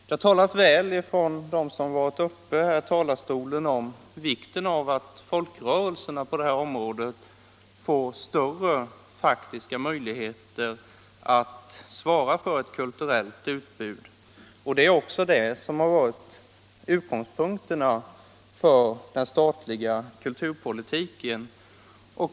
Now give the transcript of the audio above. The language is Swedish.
De som tidigare varit uppe i talarstolen i denna fråga har talat väl om vikten av att folkrörelserna på detta område får större faktiska möjligheter att svara för ett kulturellt utbud, och det är också det som har varit utgångspunkten för den statliga kulturpolitiken.